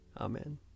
Amen